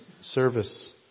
service